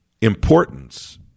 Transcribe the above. importance